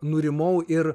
nurimau ir